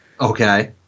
Okay